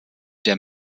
der